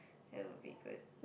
that will be good